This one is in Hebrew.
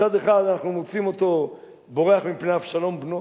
מצד אחד, אנחנו מוצאים אותו בורח מפני אבשלום בנו,